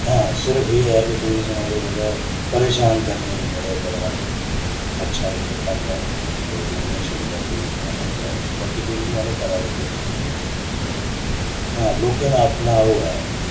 हां सिर्फ एह् ऐ के टूरिजम आह्ले मतलब परेशान करने ई बड़े बड़ा अच्छा इक ढंग ऐ गौरमैंट ने छोड़े दा टूरिजम आह्ला बाकी टूरिजम आह्ले करा दे केह् न कुछ बी नेईं ऐ हां लोकें दा अपना ओह् ऐ